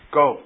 go